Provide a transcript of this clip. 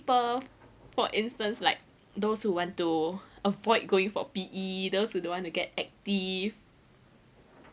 people for instance like those who want to avoid going for P_E those who don't want to get active